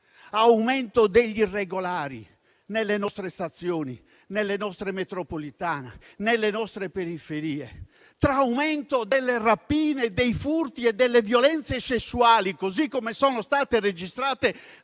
aumento degli irregolari nelle nostre stazioni, nelle nostre metropolitane e nelle nostre periferie; tra aumento delle rapine, dei furti e delle violenze sessuali, così come sono state registrate